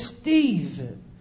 Stephen